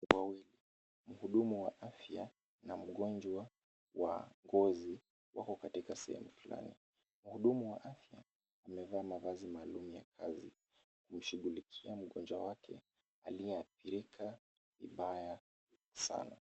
Mhudumu wa afya na mgonjwa wa ngozi wako katika sehemu fulani. Mhudumu wa afya amevaa mavazi maalum ya kazi kushughulikia mgonjwa wake aliyeathirika vibaya sana.